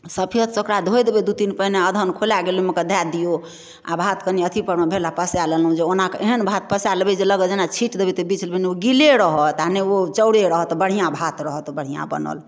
सफेदसँ ओकरा धोइ देबै दुइ तीन पाइने आओर अदहन खौला गेल ओहिमे कऽ धऽ दिऔ आओर भात कनि अथी परमे भेल आओर पसै लेलहुँ जे ओनाकऽ एहन भात पसै लेबै जे लगत जेना छीटि देबै तऽ बिछि लेबै नहि ओ गीले रहत आओर नहि ओ चाउरे रहत बढ़िआँ भात रहत बढ़िआँ बनल